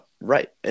Right